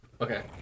okay